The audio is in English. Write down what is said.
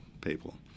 people